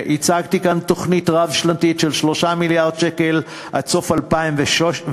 והצגתי כאן תוכנית רב-שנתית של 3 מיליארד שקל עד סוף 2016,